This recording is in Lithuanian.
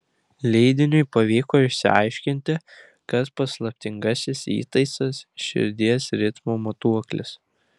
leidiniui pavyko išsiaiškinti kad paslaptingasis įtaisas širdies ritmo matuoklis